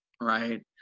right